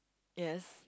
yes